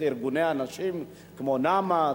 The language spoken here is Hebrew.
ארגוני הנשים כמו "נעמת",